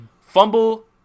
fumble